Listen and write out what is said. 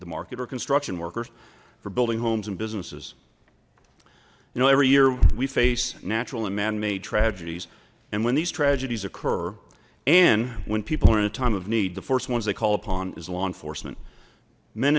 the market or construction workers for building homes and businesses you know every year we face natural and man made tragedies and when these tragedies occur and when people are in a time of need the first ones they call upon is law enforcement men